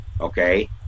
okay